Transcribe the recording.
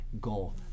goal